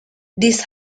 this